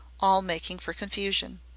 all making for confusion.